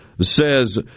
says